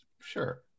Sure